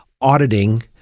auditing